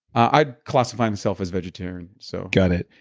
i classify myself as vegetarian so got it.